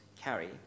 carry